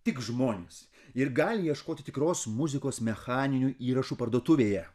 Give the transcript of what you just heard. tik žmonės ir gali ieškoti tikros muzikos mechaninių įrašų parduotuvėje